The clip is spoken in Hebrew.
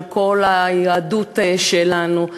של כל היהדות שלנו,